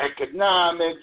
economics